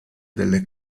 delle